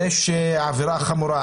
יש עבירה החמורה,